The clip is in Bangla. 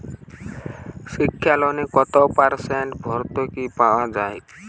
শিক্ষা লোনে কত পার্সেন্ট ভূর্তুকি পাওয়া য়ায়?